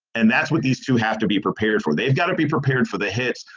and that's what needs to have to be prepared for. they've got to be prepared for the hits,